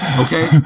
Okay